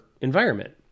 environment